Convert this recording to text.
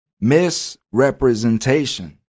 Misrepresentation